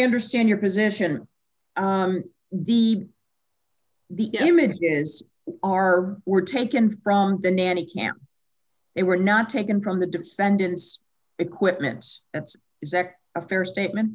understand your position be the images are were taken from the nanny cam they were not taken from the defendant's equipment's is that a fair statement